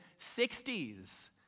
60s